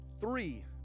three